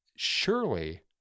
Surely